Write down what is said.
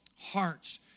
hearts